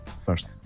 first